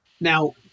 Now